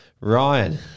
Ryan